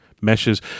meshes